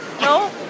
No